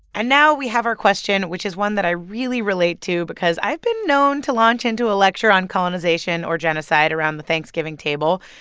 and now we have our question, which is one that i really relate to because i've been known to launch into a lecture on colonization or genocide around the thanksgiving table,